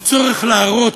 הוא צורך להראות: